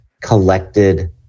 collected